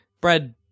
bread